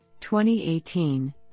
2018